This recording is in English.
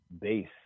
base